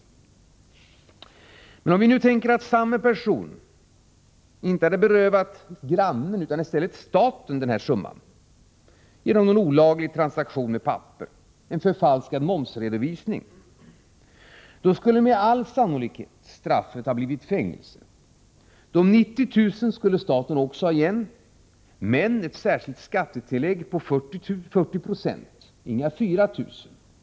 Men om vi nu tänker oss att samme person inte hade berövat grannen utan staten den här summan — genom någon olaglig transaktion med papper, t.ex. genom att förfalska en momsredovisning — då skulle med all sannolikhet straffet ha blivit fängelse. De 90 000 kronorna skulle staten ha igen, men med ett särskilt skattetillägg på 40 Yo — alltså inte 4 000 kr.